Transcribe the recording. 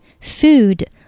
Food